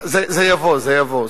זה יבוא, זה יבוא.